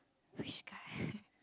which guy